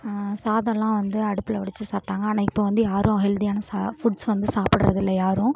சாதமெலாம் வந்து அடுப்பில் வடிச்சு சாப்பிடாங்க ஆனால் இப்போ வந்து யாரும் ஹெல்தியான சா ஃபுட்ஸ் வந்து சாப்பிட்றது இல்ல யாரும்